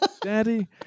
Daddy